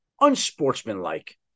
unsportsmanlike